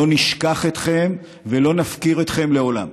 לא נשכח אתכם ולא נפקיר אתכם לעולם.